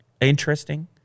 interesting